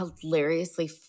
hilariously